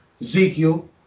Ezekiel